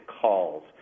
calls